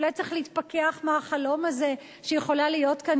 אולי צריך להתפכח מהחלום הזה שיכולה להיות כאן